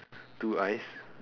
two eyes